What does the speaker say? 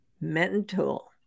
mental